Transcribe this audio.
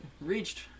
reached